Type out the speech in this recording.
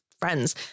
friends